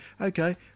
okay –